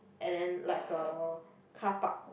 and then like a carpark